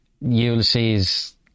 Ulysses